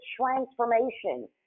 transformation